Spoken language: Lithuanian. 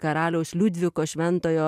karaliaus liudviko šventojo